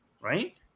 right